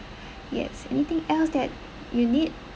yes anything else that you need